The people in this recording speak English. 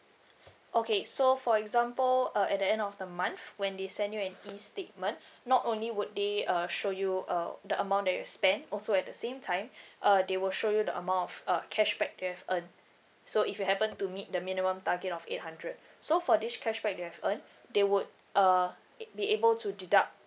okay so for example uh at the end of the month when they send you an E statement not only would they uh show you uh the amount that you spent also at the same time uh they will show you the amount of uh cashback you have earned so if you happen to meet the minimum target of eight hundred so for this cashback that you've earned they would uh be able to deduct